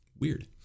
Weird